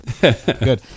good